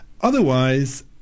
Otherwise